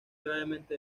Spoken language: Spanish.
gravemente